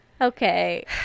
Okay